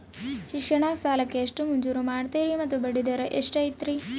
ಶಿಕ್ಷಣ ಸಾಲಕ್ಕೆ ಎಷ್ಟು ಮಂಜೂರು ಮಾಡ್ತೇರಿ ಮತ್ತು ಬಡ್ಡಿದರ ಎಷ್ಟಿರ್ತೈತೆ?